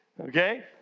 okay